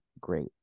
great